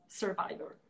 survivor